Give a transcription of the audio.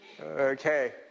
Okay